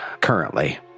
currently